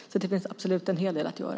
Det finns en hel del att göra.